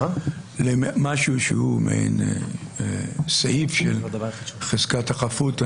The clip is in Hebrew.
משהו שהוא מעין סעיף של חזקת החפות.